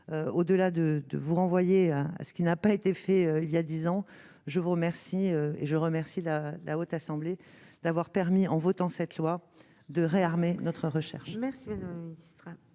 de de vous renvoyer à ce qui n'a pas été fait il y a 10 ans, je vous remercie et je remercie la la haute assemblée, d'avoir permis en votant cette loi de réarmer notre ruche. Merci, la parole